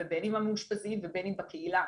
בין אם במאושפזים ובין אם בקהילה,